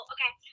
Okay